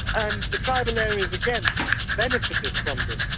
and the tribal areas again benefited from this.